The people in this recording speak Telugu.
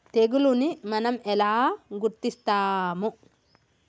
తెగులుని మనం ఎలా గుర్తిస్తాము?